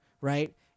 right